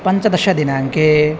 पञ्चदशदिनाङ्के